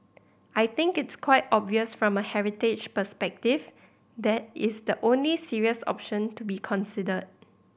I think it's quite obvious from a heritage perspective that is the only serious option to be considered